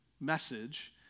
message